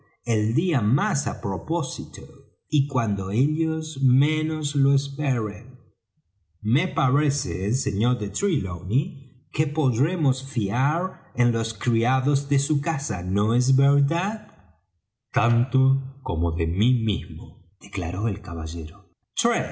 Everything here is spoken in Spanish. el día más á propósito y cuando ellos menos lo esperen me parece sr de trelawney que podremos fiar en los criados de su casa no es verdad tanto como en mí mismo declaró el caballero